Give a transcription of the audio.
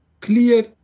clear